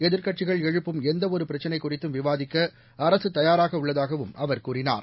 எதிர்க்கட்சிகள் எழுப்பும் எந்த ஒருபிரச்சினை குறித்தும் விவாதிக்க அரசு தயாராக உள்ளதாகவும் அவர் கூறினார்